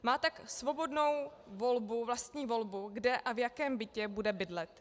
Má tak svobodnou vlastní volbu, kde a v jakém bytě bude bydlet.